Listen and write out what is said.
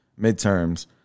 midterms